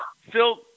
Phil